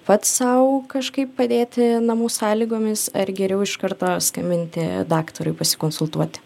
pats sau kažkaip padėti namų sąlygomis ar geriau iš karto skambinti daktarui pasikonsultuoti